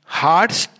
hearts